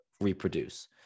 reproduce